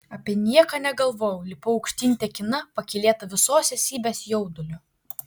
apie nieką negalvojau lipau aukštyn tekina pakylėta visos esybės jaudulio